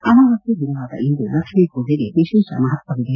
ಅಮಾವಾಸ್ತೆ ದಿನವಾದ ಇಂದು ಲಕ್ಷ್ಮೀ ಪೂಜೆಗೆ ವಿಶೇಷ ಮಹತ್ವವಿದೆ